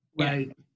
Right